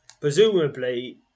Presumably